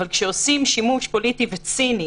אבל כשעושים שימוש פוליטי וציני